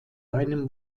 einem